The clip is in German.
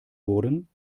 wurden